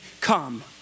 come